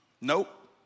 nope